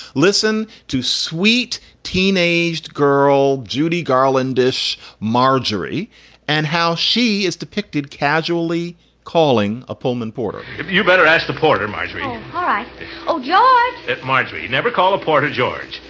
listen to sweet teenaged girl judy garland, dish marjorie and how she is depicted casually calling a pullman porter you better ask the porter. marjorie. ah ah oh, john. marjorie. never call a part of george.